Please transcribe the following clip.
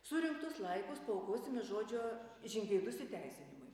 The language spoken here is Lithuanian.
surinktus laikus paaukosime žodžio žingeidus įteisinimui